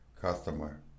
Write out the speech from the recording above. customer